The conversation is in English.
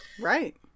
right